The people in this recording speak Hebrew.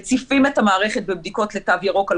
מציפים את המערכת בבדיקות לתו ירוק על